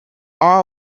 our